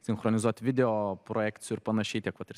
sinchronizuot video projekcijų ir panašiai taip pat ir